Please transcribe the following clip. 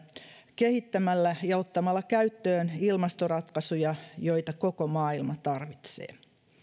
kehittämällä ja ottamalla käyttöön ilmastoratkaisuja joita koko maailma tarvitsee